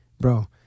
Bro